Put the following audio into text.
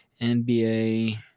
NBA